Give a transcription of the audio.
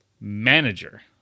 manager